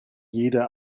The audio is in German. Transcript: jede